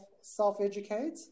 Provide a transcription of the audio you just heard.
self-educate